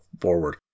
forward